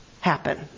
happen